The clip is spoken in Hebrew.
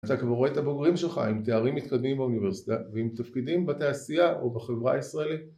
אתה כבר רואה את הבוגרים שלך עם תארים מתקדמים באוניברסיטה ועם תפקידים בתעשייה ובחברה הישראלית